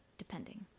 Depending